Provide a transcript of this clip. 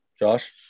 Josh